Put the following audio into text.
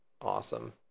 awesome